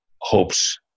hopes